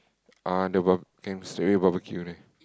uh the barb~ can straight away barbecue only